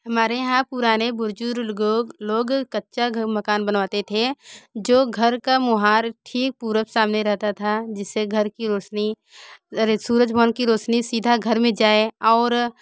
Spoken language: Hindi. हमारे यहाँ पुराने बुजुर्ग लोग कच्चा मकान बनवाते थे जो घर का मोहरा ठीक पूरब सामने रहता था जिससे घर की रौशनी सूरज भगवान की रौशनी सीधा घर में जाए और